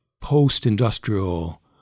post-industrial